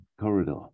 corridor